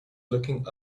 looking